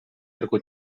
arku